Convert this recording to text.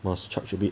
must charge a bit